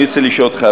אני רוצה לשאול אותך,